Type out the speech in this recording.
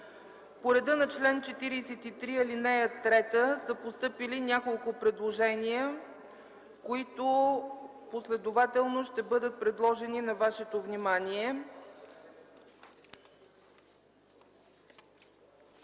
Народното събрание са постъпили няколко предложения, които последователно ще бъдат предложени на вашето внимание.